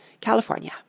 California